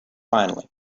finally